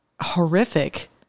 horrific